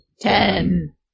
Ten